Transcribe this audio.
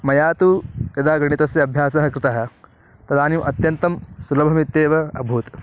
मया तु यदा गणितस्य अभ्यासः कृतः तदानीम् अत्यन्तं सुलभमित्येव अभूत्